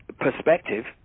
perspective